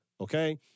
Okay